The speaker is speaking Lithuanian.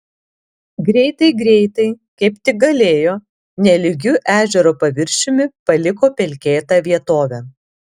greitai greitai kaip tik galėjo nelygiu ežero paviršiumi paliko pelkėtą vietovę